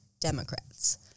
Democrats